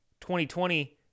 2020